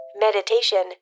Meditation